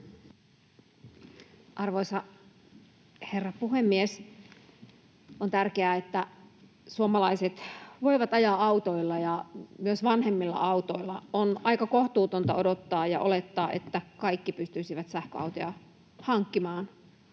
Arvoisa herra puhemies! On tärkeää, että suomalaiset voivat ajaa autoilla ja myös vanhemmilla autoilla. On aika kohtuutonta odottaa ja olettaa, että kaikki pystyisivät sähköautoja hankkimaan.